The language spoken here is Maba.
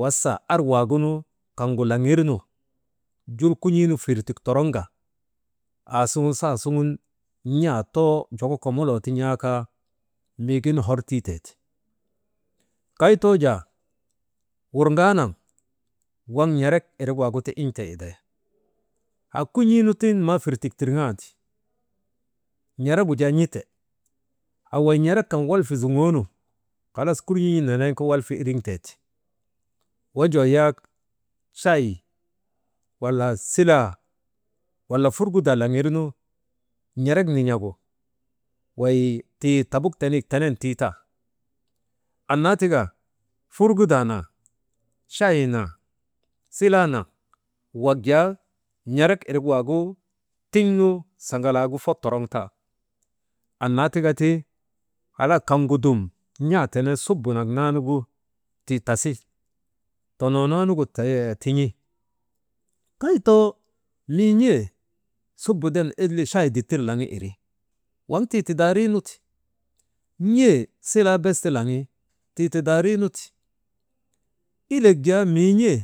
wasa arwaagunu kaŋgu laŋir nu jul kun̰iinu firtik toroŋka aasuŋun saa suŋun n̰aa too joko komoloo ti n̰aa kaa miigin hor tiitee ti. Kay too jaa wurŋaanaŋ waŋ n̰erek irik waagu ti in̰tee iday haa kun̰iinu tiŋ maa firtik tirŋaandi n̰eregu jaa n̰ite ha way n̰erek kan walfa zuŋoonu halas kun̰ii nenee nu kaa walfa iriŋtee ti, wojoo yak chayii wala silaa, wala furgudaa laŋirnu n̰erek nin̰agu wey tii tabuk tenek tenen tiitan, annaa tika furgudaa naa chayee naŋ, silaa naŋ wak jaa n̰erik irik waagu tin̰aanu sagalaagu fot toroŋtan, annaa tika ti halas kaŋgu dum n̰aa tenee subu nak naa nugu tii tasi, tonoonoonugu tii tasi « hesitation » tin̰i. Kay too mii n̰ee subu den ila chayee ditir laŋi iri, waŋ tii tidaariinu ti, n̰ee silaa bes ti laŋi, tii tidaynugu ti, ilek jaa miin̰ee.